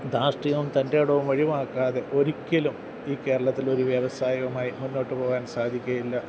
ധാർഷ്ട്യവും തന്റേടവും ഒഴിവാക്കാതെ ഒരിക്കലും ഈ കേരളത്തിൽ ഒരു വ്യവസായകമായി മുന്നോട്ട് പോകാൻ സാധിക്കുകയില്ല